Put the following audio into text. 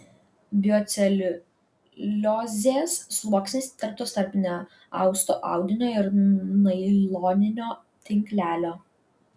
bioceliuliozės sluoksnis įterptas tarp neausto audinio ir nailoninio tinklelio